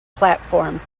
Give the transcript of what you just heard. platform